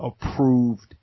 approved